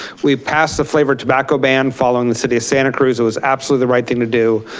we passed the flavored tobacco ban following the city of santa cruz. it was absolutely the right thing to do.